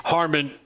Harmon